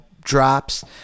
drops